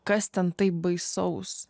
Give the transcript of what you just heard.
kas ten taip baisaus